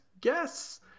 guess